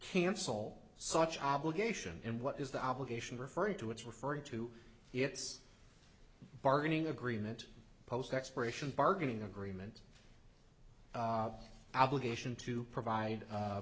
cancel such obligation and what is the obligation referring to it's referring to its bargaining agreement post expiration bargaining agreement obligation to provide